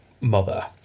mother